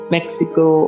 Mexico